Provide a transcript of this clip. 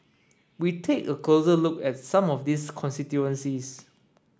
we take a closer look at some of these constituencies